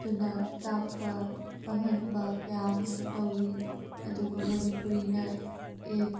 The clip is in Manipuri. ꯇꯨꯅ ꯇꯥꯛꯄ ꯈꯪꯍꯟꯕ ꯀꯌꯥ ꯑꯃꯁꯨ ꯇꯧꯔꯤ ꯑꯗꯨꯒ ꯃꯅꯤꯄꯨꯔꯤꯅ